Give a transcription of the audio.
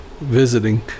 visiting